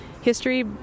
history